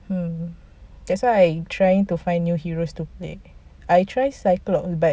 mm that's why I'm trying to find new heroes to play I try cyclops but